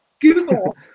Google